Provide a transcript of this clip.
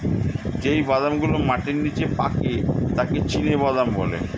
যেই বাদাম গুলো মাটির নিচে পাকে তাকে চীনাবাদাম বলে